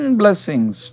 blessings